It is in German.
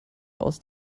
aus